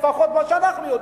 לפחות מה שאנחנו יודעים.